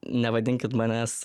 nevadinkit manęs